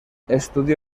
estudió